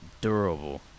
durable